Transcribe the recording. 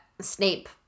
Snape